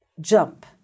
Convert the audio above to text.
jump